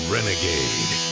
Renegade